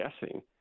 guessing